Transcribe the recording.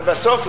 ובסוף,